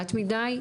לאט מדי.